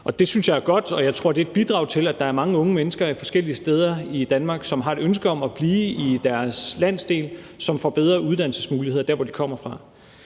Det synes jeg er godt, og jeg tror, at det er et bidrag til, at der er mange unge mennesker forskellige steder i Danmark, som har et ønske om at blive i deres landsdel, som får bedre uddannelsesmuligheder dér, hvor de kommer fra.